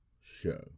show